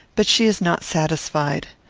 but she is not satisfied.